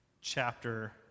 chapter